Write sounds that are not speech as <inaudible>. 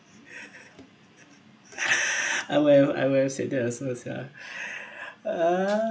I will I will say that as first ya <breath> uh